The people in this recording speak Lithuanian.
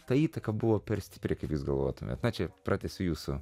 ta įtaka buvo per stipri kaip jūs galvotumėte pačią pratęsiu jūsų